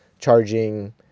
charging